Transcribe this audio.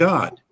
God